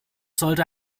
sollte